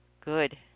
Good